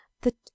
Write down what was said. that